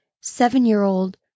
seven-year-old